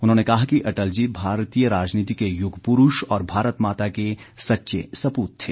उन्होंने कहा कि अटल जी भारतीय राजनीति के युग पुरुष और भारत माता के सच्चे सपूत थे